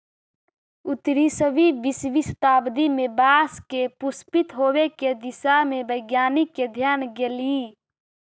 उन्नीसवीं बीसवीं शताब्दी में बाँस के पुष्पित होवे के दिशा में वैज्ञानिक के ध्यान गेलई